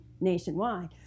nationwide